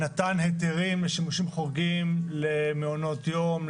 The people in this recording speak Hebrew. נתן היתרים לשימושים חורגים למעונות יום,